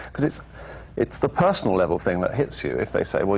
because it's it's the personal level thing that hits you. if they say,